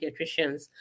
pediatricians